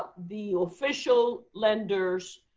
the official lenders,